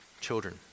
children